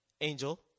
Angel